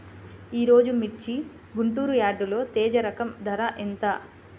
ఈరోజు మిర్చి గుంటూరు యార్డులో తేజ రకం ధర ఎంత?